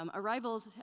um arrivals,